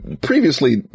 previously